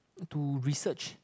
to research